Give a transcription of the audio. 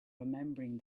remembering